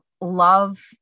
love